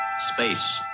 Space